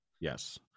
Yes